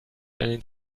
einen